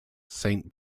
saint